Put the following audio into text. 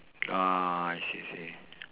ah I see I see